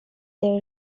and